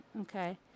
Okay